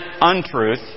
untruth